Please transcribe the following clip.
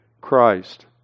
Christ